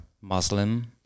Muslim